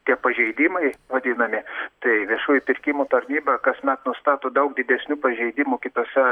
tie pažeidimai vadinami tai viešųjų pirkimų tarnyba kasmet nustato daug didesnių pažeidimų kitose